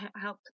help